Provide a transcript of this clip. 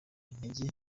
intege